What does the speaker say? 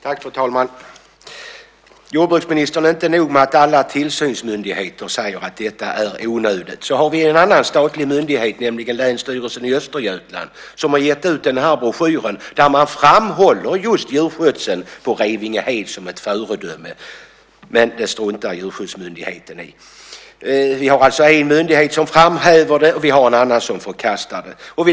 Fru talman! Jordbruksministern! Det är inte nog med att alla tillsynsmyndigheter säger att detta är onödigt. Vi har en annan statlig myndighet, nämligen Länsstyrelsen i Östergötland, som har gett ut en broschyr där man framhåller just djurskötseln på Revingehed som ett föredöme, men det struntar Djurskyddsmyndigheten i. Vi har alltså en myndighet som framhäver den, och vi har en annan som förkastar den.